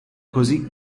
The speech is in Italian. così